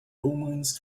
omens